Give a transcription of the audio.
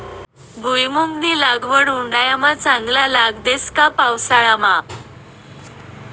भुईमुंगनी लागवड उंडायामा चांगला लाग देस का पावसाळामा